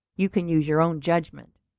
you can use your own judgment.